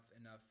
enough